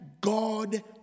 God